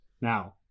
now